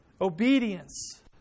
obedience